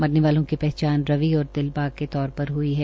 मरने वालों की पहचान रवि और दिलबाग के तौर पर हुई है